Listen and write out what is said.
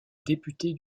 député